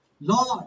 Lord